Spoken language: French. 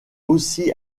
aussi